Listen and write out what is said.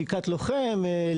סיכת לוחם,